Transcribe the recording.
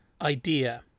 idea